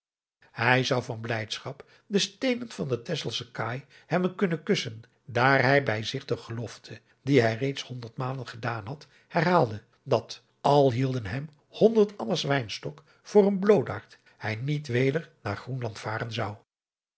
hij zou van blijdschap de steenen van de texelsche kaai hebben kunnen kussen daar hij bij zich de gelofte die hij reeds honderd malen gedaan had herhaalde dat al hielden hem honderd anna's wynstok voor een bloodaard hij niet weder naar groenland varen zou